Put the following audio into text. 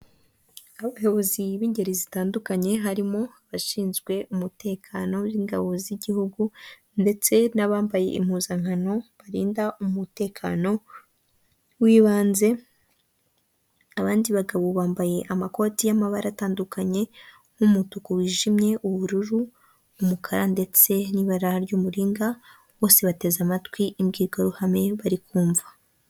Abayobozi b'ingeri zitandukanye, harimo abashinzwe umutekano w'ingabo z'igihugu, ndetse n'abambaye impuzankano barinda umutekano w'ibanze. Abandi bagabo bambaye amakoti y'amabara atandukanye nk'umutuku wijimye, ubururu, umukara ndetse n'ibara ry'umuringa. Bose bateze amatwi imbwirwaruhame bari kumva.